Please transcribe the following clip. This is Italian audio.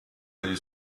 dagli